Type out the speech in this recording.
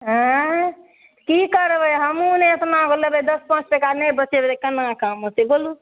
आँइ की करबय हमहुँ ने एतना लेबय दस पाँच टाका नहि बचेबय केना काम होतय बोलू